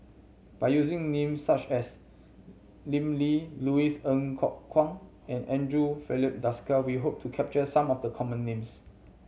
by using names such as Lim Lee Louis Ng Kok Kwang and Andre Filipe Desker we hope to capture some of the common names